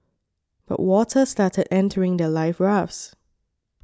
but water started entering their life rafts